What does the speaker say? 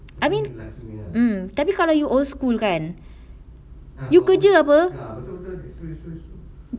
I mean mm tapi kalau you old school kan you kerja apa